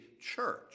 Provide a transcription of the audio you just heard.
church